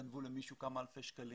גנבו למישהו כמה אלפי שקלים,